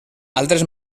altres